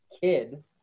kid